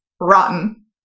rotten